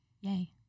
yay